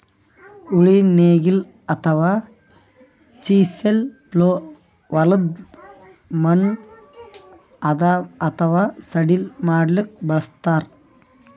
ಉಳಿ ನೇಗಿಲ್ ಅಥವಾ ಚಿಸೆಲ್ ಪ್ಲೊ ಹೊಲದ್ದ್ ಮಣ್ಣ್ ಹದಾ ಅಥವಾ ಸಡಿಲ್ ಮಾಡ್ಲಕ್ಕ್ ಬಳಸ್ತಾರ್